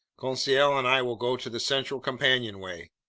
conseil and i will go to the central companionway.